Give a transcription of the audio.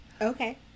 Okay